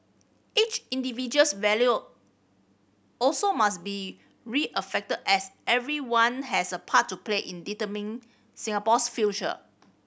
each individual's value also must be as everyone has a part to play in determining Singapore's future